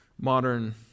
modern